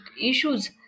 issues